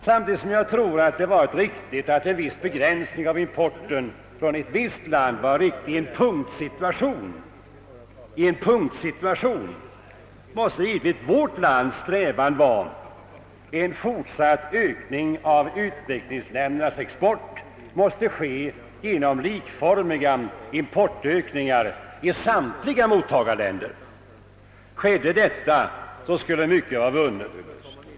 Samtidigt som jag tror att en viss begränsning av importen från ett visst land var riktig i en punktsituation, måste givetvis vårt lands strävan vara att en fortsatt ökning av utvecklingsländernas export måste ske genom likformiga importökningar i samtliga mottagarländer. Kunde detta genomföras skulle mycket vara vunnet.